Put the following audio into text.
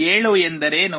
7 ಎಂದರೇನು